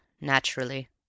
naturally